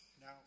Now